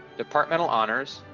departmental honors,